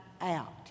out